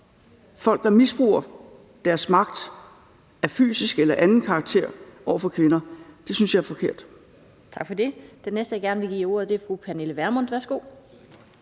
folk, der misbruger deres magt af fysisk eller anden karakter over for kvinder, synes jeg er forkert. Kl. 13:29 Den fg. formand (Annette Lind): Tak for det. Den næste, jeg gerne vil give ordet, er fru Pernille Vermund. Værsgo.